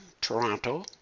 Toronto